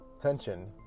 Tension